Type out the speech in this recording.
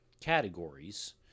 categories